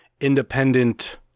independent